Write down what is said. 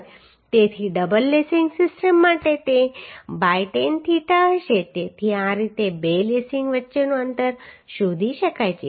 તેથી double lacing system માટે તે બાય ટેન થીટા હશે તેથી આ રીતે બે લેસિંગ વચ્ચેનું અંતર શોધી શકાય છે